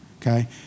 okay